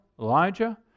Elijah